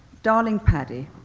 darling paddy,